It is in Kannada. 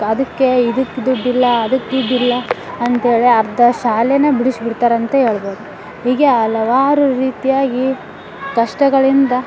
ಅದಕ್ಕೆ ಇದಕ್ಕೆ ದುಡ್ಡಿಲ್ಲ ಅದಕ್ಕೆ ದುಡ್ಡಿಲ್ಲ ಅಂತೇಳಿ ಅರ್ಧ ಶಾಲೆನ ಬಿಡಿಸ್ಬಿಡ್ತಾರಂತ ಹೇಳ್ಬೋದು ಹೀಗೆ ಹಲವಾರು ರೀತಿಯಾಗಿ ಕಷ್ಟಗಳಿಂದ